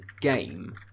game